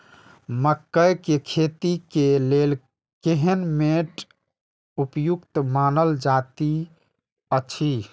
मकैय के खेती के लेल केहन मैट उपयुक्त मानल जाति अछि?